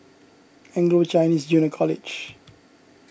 Anglo Chinese Junior College